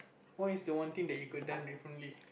what's the one thing that you could done differently